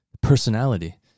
Personality